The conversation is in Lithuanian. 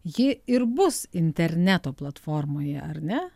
ji ir bus interneto platformoje ar ne